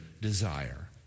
desire